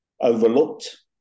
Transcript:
overlooked